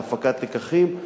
להפקת לקחים,